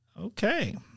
Okay